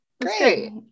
Great